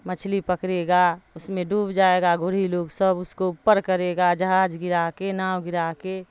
مچھلی پکڑے گا اس میں ڈوب جائے گا گورھی لوگ سب اس کو اوپر کرے گا جہاز گرا کے ناؤ گرا کے